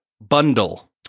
bundle